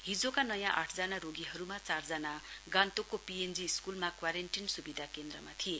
हिजोका नयाँ आठजना रोगीहरूमा चारजना गान्तोकको पीएनजी स्कूलमा क्वारेन्टीन सुविधा केन्द्रमा थिए